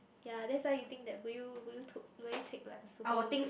ya that's why you think that would you would you took will you take like a super long break